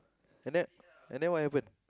and then and then what happen